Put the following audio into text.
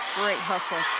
great hustle.